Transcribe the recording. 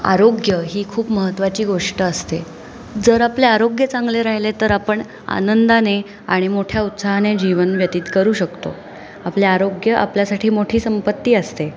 आरोग्य ही खूप महत्त्वाची गोष्ट असते जर आपले आरोग्य चांगले राहिले तर आपण आनंदाने आणि मोठ्या उत्साहाने जीवन व्यतीत करू शकतो आपले आरोग्य आपल्यासाठी मोठी संपत्ती असते